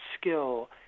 skill